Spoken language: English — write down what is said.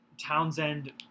Townsend